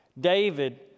David